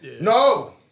No